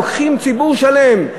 לוקחים ציבור שלם,